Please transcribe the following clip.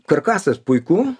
karkasas puiku